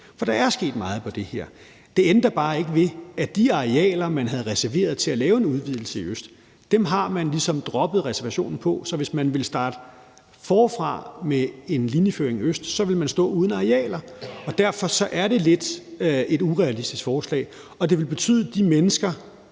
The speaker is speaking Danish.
for der er sket meget på det her område. Det ændrer bare ikke ved, at de arealer, man havde reserveret til at lave en udvidelse i øst, har man ligesom droppet reservationen på. Så hvis man vil starte forfra med en linjeføring øst om, vil man stå uden arealer. Derfor er det lidt et urealistisk forslag, og det vil betyde, at de mennesker,